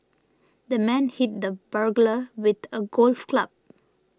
the man hit the burglar with a golf club